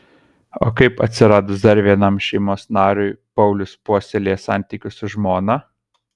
o kaip atsiradus dar vienam šeimos nariui paulius puoselėja santykius su žmona